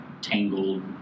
tangled